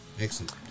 Excellent